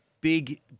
Big